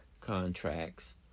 contracts